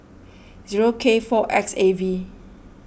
zero K four X A V